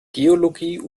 geologie